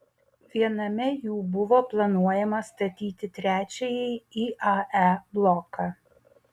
viename jų buvo planuojama statyti trečiąjį iae bloką